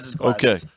Okay